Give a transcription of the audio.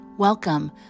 Welcome